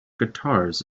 guitars